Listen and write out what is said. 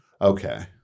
Okay